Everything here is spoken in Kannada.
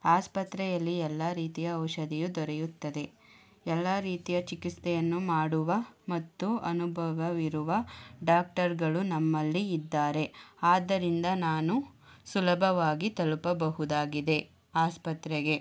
ಆಸ್ಪತ್ರೆಯಲ್ಲಿ ಎಲ್ಲ ರೀತಿಯ ಔಷಧಿಯು ದೊರೆಯುತ್ತದೆ ಎಲ್ಲ ರೀತಿಯ ಚಿಕಿತ್ಸೆಯನ್ನು ಮಾಡುವ ಮತ್ತು ಅನುಭವವಿರುವ ಡಾಕ್ಟರ್ಗಳು ನಮ್ಮಲ್ಲಿ ಇದ್ದಾರೆ ಆದ್ದರಿಂದ ನಾನು ಸುಲಭವಾಗಿ ತಲುಪಬಹುದಾಗಿದೆ ಆಸ್ಪತ್ರೆಗೆ